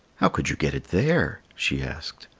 how could you get it there? she asked,